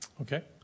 Okay